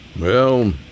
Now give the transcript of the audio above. Well